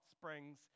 springs